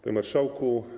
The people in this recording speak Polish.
Panie Marszałku!